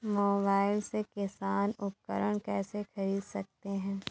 Mobile से किसान उपकरण कैसे ख़रीद सकते है?